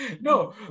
no